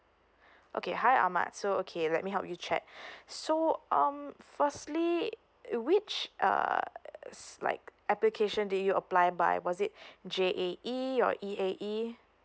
okay hi ahmad so okay let me help you check so um firstly which err like application did you apply by was it J_A_E or E_A_E